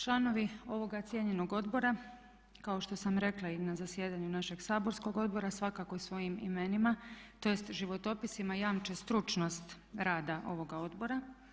Članovi ovoga cijenjenog odbora kao što sam rekla i na zasjedanju našeg saborskog odbora svakako svojim imenima, tj. životopisima jamče stručnost rada ovoga odbora.